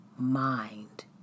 mind